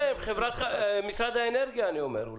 אתם שורפים הרבה אנרגיה.